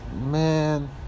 man